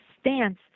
stance